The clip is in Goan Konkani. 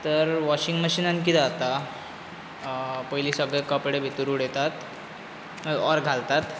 तर वॉशींग मशीनांत कितें जाता पयलीं सगळे कपडे भितूर उडयतात ऑर घालतात